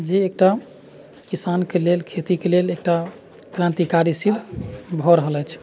जे एकटा किसानके लेल खेतीके लेल एकटा क्रान्तिकारी सिद्ध भऽ रहल अछि